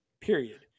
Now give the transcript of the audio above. period